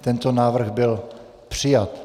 Tento návrh byl přijat.